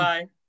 Bye।